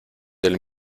del